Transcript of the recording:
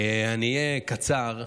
אני אהיה קצר,